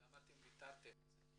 למה ויתרתם על זה?